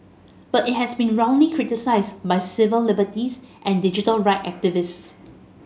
but it has been roundly criticised by civil liberties and digital right activists